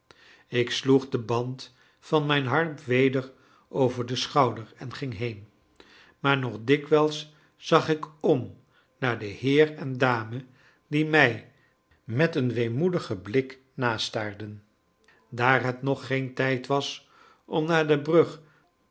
ik sloeg den band van mijn harp weder over den schouder en ging heen maar nog dikwijls zag ik om naar den heer en dame die mij met een weemoedigen blik nastaarden daar het nog geen tijd was om naar de brug